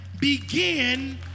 begin